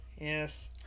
yes